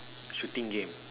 shooting game